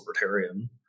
libertarian